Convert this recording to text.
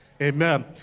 Amen